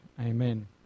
Amen